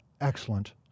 excellent